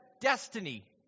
destiny